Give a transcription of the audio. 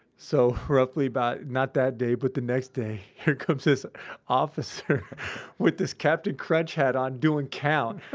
so roughly about, not that day, but the next day, here comes this officer with this captain crunch hat on doing count.